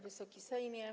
Wysoki Sejmie!